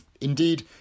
Indeed